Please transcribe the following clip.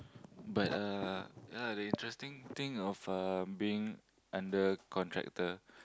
but uh ah the interesting thing of uh being under contractor